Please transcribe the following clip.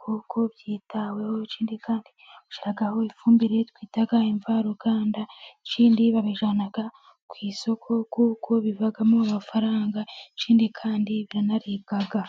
kuko byitaweho kandi babishyiraho ifumbire twita imvaruganda, ikindi babijyana ku isoko kuko bivamo amafaranga ikindi kandi biranaribwa.